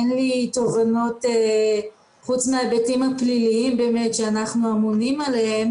אין לי תובנות חוץ מההיבטים הפליליים שאנחנו אמונים עליהם.